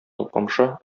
алпамша